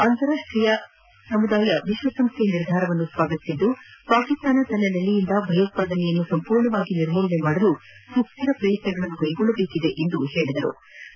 ಅಂತಾರಾಷ್ಟೀಯ ಸಮುದಾಯ ವಿಶ್ಲಸಂಸ್ಡೆಯ ನಿರ್ಧಾರವನ್ನು ಸ್ವಾಗತಿಸಿದ್ದು ಪಾಕಿಸ್ತಾನ ತನ್ನ ನೆಲೆದಿಂದ ಭಯೋತ್ಪಾದನೆಯನ್ನು ಸಂಪೂರ್ಣವಾಗಿ ನಿರ್ಮೂಲನೆ ಮಾಡಲು ಸುಸ್ದಿರ ಪ್ರಯತ್ನಗಳನ್ನು ಕೈಗೊಳ್ಳಬೇಕೆಂದು ಆಗ್ರಹಿಸಿವೆ